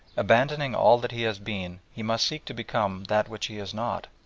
abandoning all that he has been he must seek to become that which he is not,